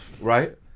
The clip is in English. Right